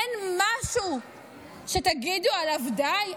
אין משהו שתגידו עליו: די?